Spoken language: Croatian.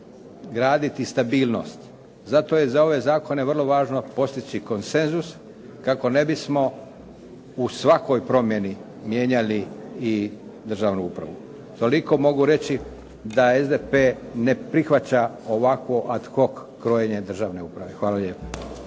graditi stabilnost. Zato je za ove zakone vrlo važno postići konsenzus kako ne bismo u svakoj promjeni mijenjali i državnu upravu. Toliko mogu reći da SDP ne prihvaća ovakvo ad hoc krojenje državne uprave. Hvala lijepa.